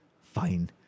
fine